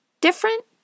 different